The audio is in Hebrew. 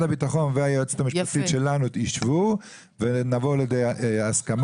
הביטחון והיועצת המשפטית שלנו יישבו ונבוא לידי הסכמה,